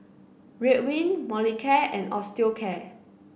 Ridwind Molicare and Osteocare